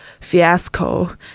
fiasco